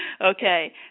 Okay